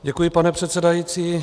Děkuji, pane předsedající.